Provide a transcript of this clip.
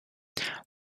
there